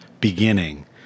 beginning